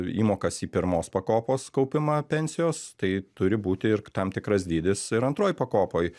įmokas į pirmos pakopos kaupimą pensijos tai turi būti ir tam tikras dydis ir antroj pakopoj